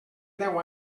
deu